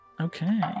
Okay